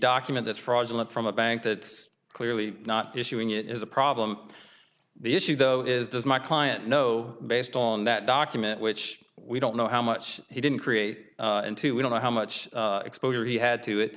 document that's fraudulent from a bank that is clearly not issuing it is a problem the issue though is does my client know based on that document which we don't know how much he didn't create into we don't know how much exposure he had to it